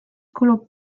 kulub